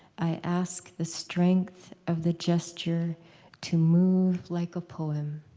i ask the strength of the gesture to move like a poem.